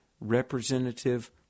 representative